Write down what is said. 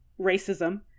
racism